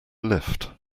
lift